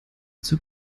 zur